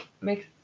makes